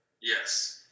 Yes